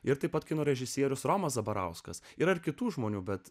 ir taip pat kino režisierius romas zabarauskas ir ar kitų žmonių bet